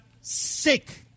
sick